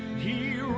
he